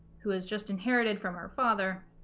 who has just inherited from our father